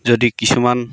যদি কিছুমান